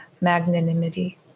magnanimity